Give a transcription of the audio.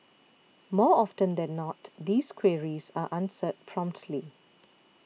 more often than not these queries are answered promptly